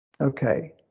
Okay